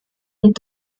und